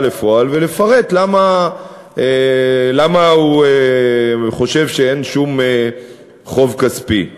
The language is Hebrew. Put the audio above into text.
לפועל ולפרט למה הוא חושב שאין שום חוב כספי.